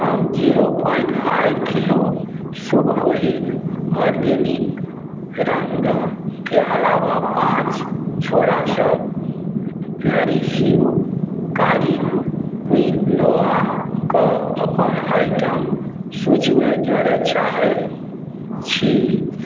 हम zero point five kilo शुभ होलीक ऑरगेनिक रंग के अलावा पाँच झोरासभ नरिश यू कारी क्विनोआ के अपन आइटम सूचीमे जोड़य चाहै छी